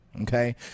Okay